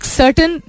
certain